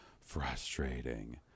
frustrating